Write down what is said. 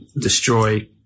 destroy